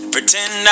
Pretend